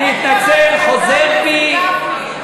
אני מתנצל, חוזר בי.